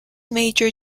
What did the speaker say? major